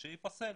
שייפסל.